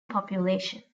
population